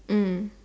mm